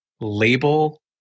label